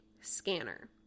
scanner